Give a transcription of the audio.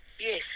Yes